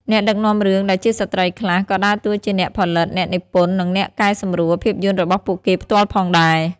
អ្នកដឹកនាំរឿងដែលជាស្ត្រីខ្លះក៏ដើរតួជាអ្នកផលិត អ្នកនិពន្ធ និងអ្នកកែសម្រួលភាពយន្តរបស់ពួកគេផ្ទាល់ផងដែរ។